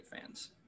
fans